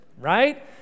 right